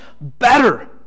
better